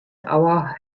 our